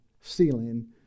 ceiling